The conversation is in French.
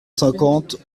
cinquante